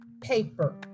paper